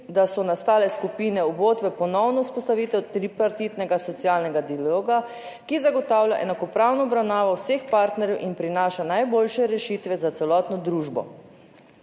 da so nastale skupine v uvod v ponovno vzpostavitev tripartitnega socialnega dialoga, ki zagotavlja enakopravno obravnavo vseh partnerjev in prinaša najboljše rešitve za celotno družbo."